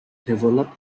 developed